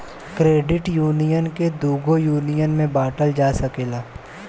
credit union के दुगो union में बॉटल जा सकेला